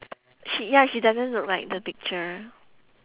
she ya she doesn't look like the picture